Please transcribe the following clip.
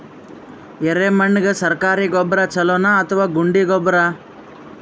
ಎರೆಮಣ್ ಗೆ ಸರ್ಕಾರಿ ಗೊಬ್ಬರ ಛೂಲೊ ನಾ ಅಥವಾ ಗುಂಡಿ ಗೊಬ್ಬರ?